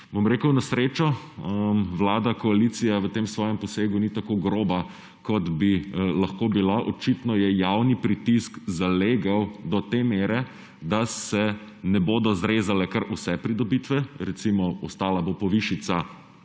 Bom rekel, na srečo Vlada, koalicija v tem svojem posegu ni tako groba, kot bi lahko bila. Očitno je javni pritisk zalegel do te mere, da se ne bodo zrezale kar vse pridobitve, ostala bo recimo